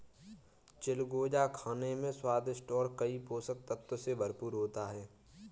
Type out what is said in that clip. चिलगोजा खाने में स्वादिष्ट और कई पोषक तत्व से भरपूर होता है